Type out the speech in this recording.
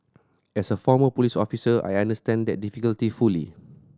as a former police officer I understand that difficulty fully